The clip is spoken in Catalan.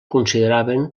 consideraven